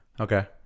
Okay